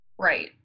right